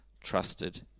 trusted